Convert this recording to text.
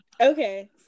Okay